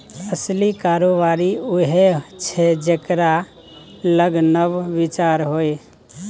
असली कारोबारी उएह छै जेकरा लग नब विचार होए